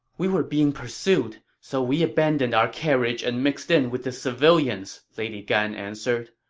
we were being pursued, so we abandoned our carriage and mixed in with the civilians, lady gan answered.